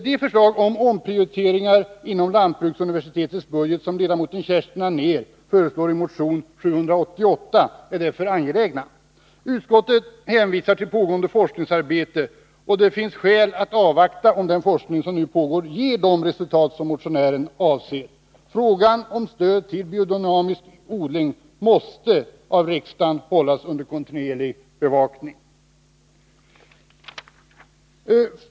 De omprioriteringar inom lantbruksuniversitetets budget som ledamoten Kerstin Anér föreslår i motion 788 är därför angelägna. Utskottet hänvisar till pågående forskningsarbete, och det finns skäl att avvakta om den forskning som pågår ger de resultat som motionären avser. Frågan om stöd till biodynamisk odling måste av riksdagen hållas under kontinuerlig bevakning.